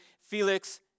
Felix